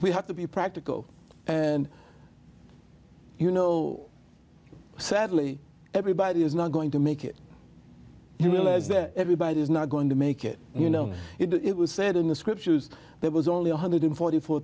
we have to be practical and you know sadly everybody is not going to make it you realise that everybody is not going to make it you know it was said in the scriptures there was only one hundred and forty four